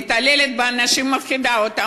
מתעללת באנשים, מפחידה אותם.